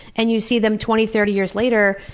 and you see them twenty thirty years later,